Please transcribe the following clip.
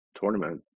tournament